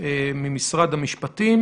ממשרד המשפטים